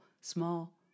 small